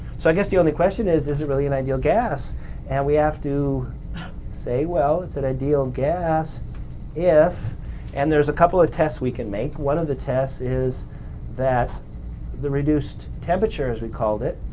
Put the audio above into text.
so, i guess the only question is, is it really an ideal gas and we have to say, well it's an ideal gas if and there's a couple of tests we can make. one of the tests is that the reduced temperature as we called it,